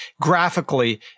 graphically